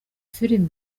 film